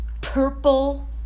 Purple